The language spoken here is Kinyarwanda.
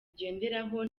igenderaho